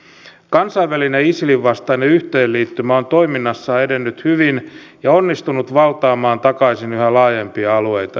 kansainvälinen isilin vastainen yhteenliittymä on toiminnassaan edennyt hyvin ja onnistunut valtaamaan takaisin yhä laajempia alueita isililtä